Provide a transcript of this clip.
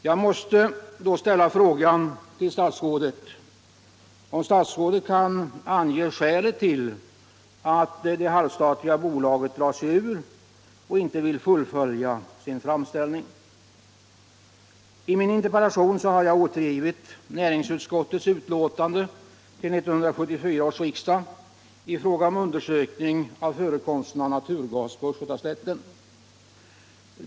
Jag måste då ställa frågan till statsrådet om han kan ange skälet till att bolaget drar sig ur och inte vill fullfölja sin framställning. I min interpellation har jag återgivit näringsutskottets uttalande till 1974 års riksdag i fråga om undersökning av förekomsten av naturgas på östgötaslätten.